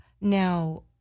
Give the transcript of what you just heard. Now